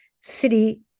city